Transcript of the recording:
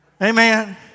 Amen